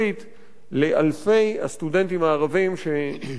לאלפי הסטודנטים הערבים שנאלצים היום